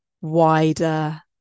wider